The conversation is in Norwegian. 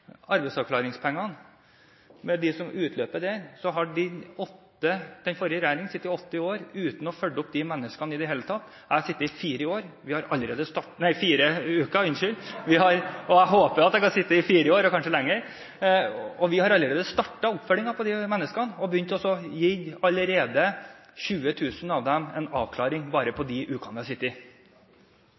arbeidsavklaringspengene, de som utløper der, har den forrige regjeringen sittet i åtte år uten å følge opp de menneskene i det hele tatt. Jeg har sittet i fire år – nei, fire uker, unnskyld, jeg håper jeg kan sitte i fire år og kanskje lenger – og vi har allerede startet oppfølgingen av de menneskene og begynt å gi 20 000 av dem en avklaring bare på de ukene vi har sittet i